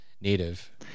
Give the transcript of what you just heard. native